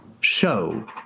show